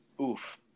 oof